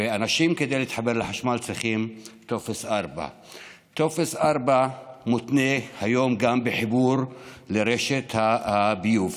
וכדי להתחבר לחשמל אנשים צריכים טופס 4. טופס 4 מותנה היום גם בחיבור לרשת הביוב,